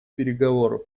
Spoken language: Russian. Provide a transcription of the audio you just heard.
переговоров